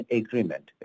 agreement